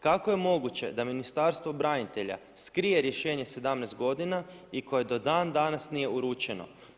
Kako je moguće da Ministarstvo branitelja skrije rješenje 17 godina i koje do dan danas nije uručeno?